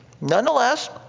Nonetheless